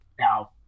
Now